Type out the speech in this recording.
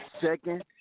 Second